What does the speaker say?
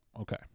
Okay